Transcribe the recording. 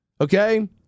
Okay